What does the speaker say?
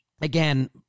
Again